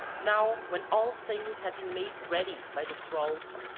now when all things had been made ready by the thralls,